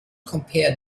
compare